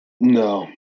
No